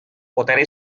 mudeli